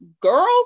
Girls